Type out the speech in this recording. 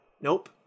Nope